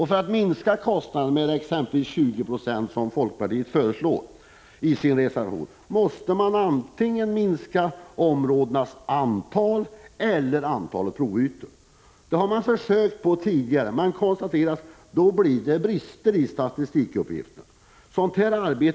För att minska kostnaderna med exempelvis 20 26, som folkpartiet föreslår i sin reservation, måste man antingen minska områdenas antal eller antalet Prot. 1985/86:118 provytor. Det har man försökt tidigare men konstaterat att det då blivit 16 april 1986 brister i statistikuppgifterna.